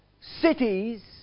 cities